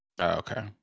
Okay